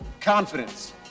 Confidence